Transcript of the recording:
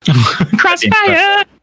Crossfire